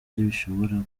bishobora